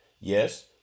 Yes